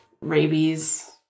rabies